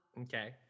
okay